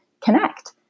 connect